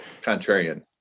contrarian